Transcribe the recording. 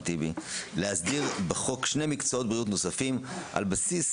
להסדיר בחוק שני מקצועות בריאות נוספים על בסיס